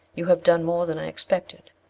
you have done more than i expected.